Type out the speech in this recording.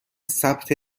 ثبت